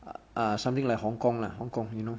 err something like hong-kong lah hong-kong you know